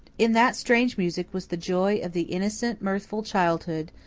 in that strange music was the joy of the innocent, mirthful childhood,